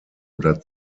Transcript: oder